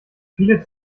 viele